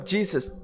Jesus